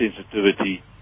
sensitivity